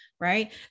right